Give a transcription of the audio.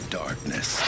darkness